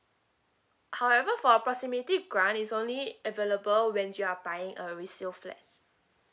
however for proximity grant is only available when you are buying a resale flat